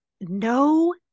No